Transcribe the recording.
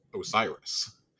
Osiris